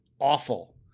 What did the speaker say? awful